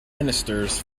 ministers